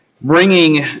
bringing